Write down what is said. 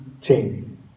chain